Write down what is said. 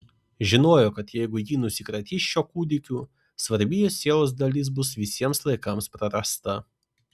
žinojo kad jeigu ji nusikratys šiuo kūdikiu svarbi jos sielos dalis bus visiems laikams prarasta